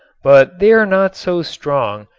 but they are not so strong,